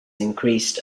increased